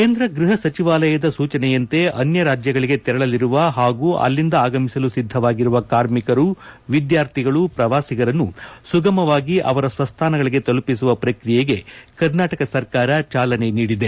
ಕೇಂದ್ರ ಗ್ಬಹ ಸಚಿವಾಲಯದ ಸೂಚನೆಯಂತೆ ಅನ್ಲರಾಜ್ಯಗಳಿಗೆ ತೆರಳಲಿರುವ ಹಾಗೂ ಅಲ್ಲಿಂದ ಆಗಮಿಸಲು ಸಿದ್ಲವಾಗಿರುವ ಕಾರ್ಮಿಕರು ವಿದ್ಯಾರ್ಥಿಗಳು ಪ್ರವಾಸಿಗರನ್ನು ಸುಗಮವಾಗಿ ಅವರ ಸ್ನಸ್ಲಾನಗಳಿಗೆ ತಲುಪಿಸುವ ಪ್ರಕ್ರಿಯೆಗೆ ಕರ್ನಾಟಕ ಸರ್ಕಾರ ಚಾಲನೆ ನೀಡಿದೆ